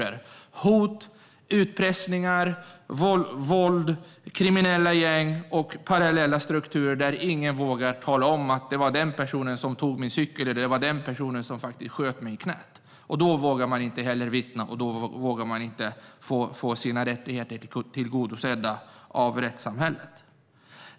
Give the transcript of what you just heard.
Det är hot, utpressning, våld och kriminella gäng i parallella strukturer där ingen vågar tala om vem som tog ens cykel eller vem som sköt en i knät. Man vågar inte vittna och får då inte heller sina rättigheter tillgodosedda av rättssamhället.